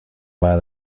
بعد